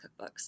cookbooks